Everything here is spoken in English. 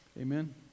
Amen